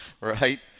Right